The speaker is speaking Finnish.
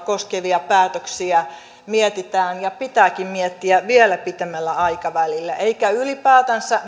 koskevia päätöksiä mietitään ja pitääkin miettiä vielä pitemmällä aikavälillä eikä ylipäätänsä